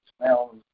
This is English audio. smells